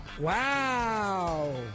Wow